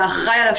לאחראי עליו,